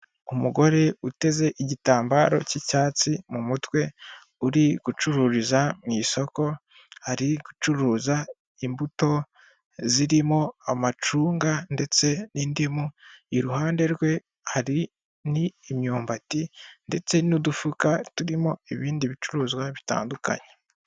Umugore uteze igitambaro cy'icyatsi mu mutwe uri gucururiza mu isoko, ari gucuruza imbuto zirimo; amacunga ndetse n'indimu, iruhande rwe hari n'imyumbati ndetse n'udufuka turimo ibindi bicuruzwa bitandukanye.